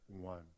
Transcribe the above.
one